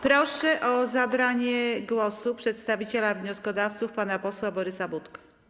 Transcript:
Proszę o zabranie głosu przedstawiciela wnioskodawców pana posła Borysa Budkę.